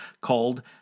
called